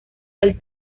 del